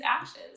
actions